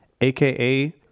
aka